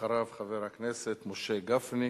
אחריו, חבר הכנסת משה גפני.